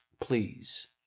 please